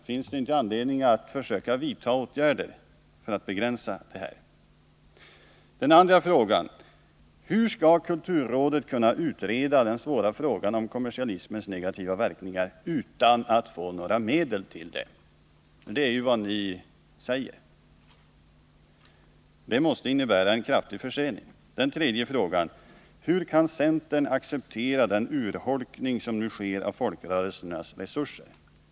Finns det inte anledning att försöka vidta åtgärder för att begränsa detta utbud? Den andra frågan är: Hur skall kulturrådet kunna utreda den svåra frågan om kommersialismens negativa verkningar utan att få några medel till detta? Det är ju vad ni säger att rådet skall göra. Det måste innebära en kraftig försening. Min tredje fråga är: Hur kan centern acceptera den urholkning som nu sker av folkrörelsernas resurser?